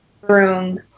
room